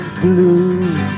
blue